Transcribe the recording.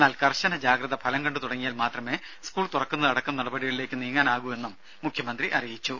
എന്നാൽ കർശന ജാഗ്രത ഫലം കണ്ടു തുടങ്ങിയാൽ മാത്രമേ സ്കൂൾ തുറക്കുന്നതടക്കം നടപടികളിലേക്ക് നീങ്ങാനാകൂ എന്നും അദ്ദേഹം പറഞ്ഞു